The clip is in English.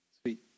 Sweet